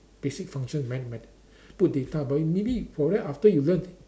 basic function man to man put data but maybe for right after learn